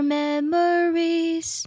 memories